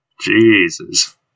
Jesus